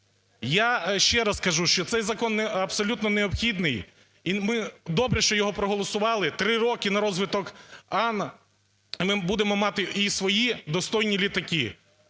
Я ще раз кажу, що цей закон абсолютно необхідний. І ми добре, що його проголосували, три роки на розвиток "АН", ми будемо мати і свої достойні літаки.